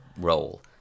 role